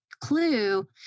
clue